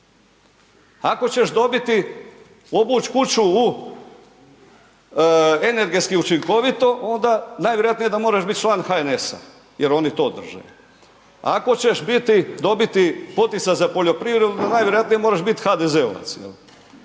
Ako ćeš dobiti, obuć kuću u energetski učinkovito, onda najvjerojatnije da moraš bit član HNS-a jer oni to drže. Ako ćeš dobiti poticaj za poljoprivredu onda najvjerojatnije moraš biti HDZ-ovac,